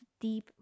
deep